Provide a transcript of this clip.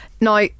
Now